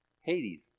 Hades